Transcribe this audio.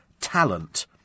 talent